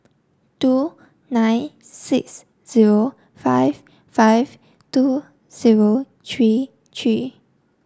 two nine six zero five five two zero three three